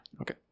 okay